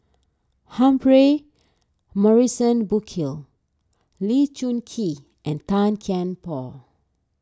Humphrey Morrison Burkill Lee Choon Kee and Tan Kian Por